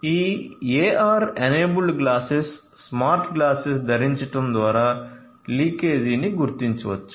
ఈ AR enabled glasses smart glasses ధరించడం ద్వారా లీకేజీని గుర్తించవచ్చు